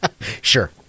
Sure